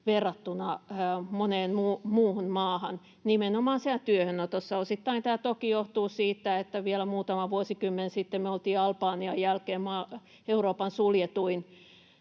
verrattuna moneen muuhun maahan, nimenomaan siellä työhönotossa. Osittain tämä toki johtuu siitä, että vielä muutama vuosikymmen sitten me oltiin Albanian jälkeen Euroopan suljetuin